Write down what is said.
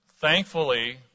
Thankfully